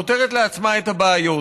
פותרת לעצמה את הבעיות,